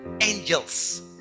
angels